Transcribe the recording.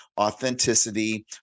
authenticity